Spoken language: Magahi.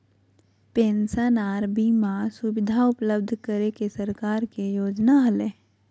पेंशन आर बीमा सुविधा उपलब्ध करे के सरकार के योजना हलय